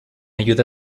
ayuda